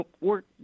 work